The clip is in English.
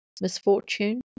misfortune